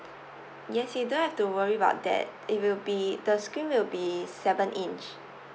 yes you don't have to worry about that it will be the screen will be seven inch